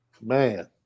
Man